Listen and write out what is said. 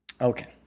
Okay